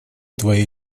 твоей